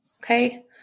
okay